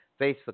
Facebook